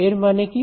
এর মানে কি